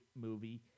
movie